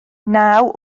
naw